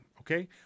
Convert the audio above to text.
Okay